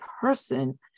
person